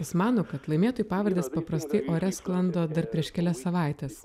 jis mano kad laimėtojų pavardės paprastai ore sklando dar prieš kelias savaites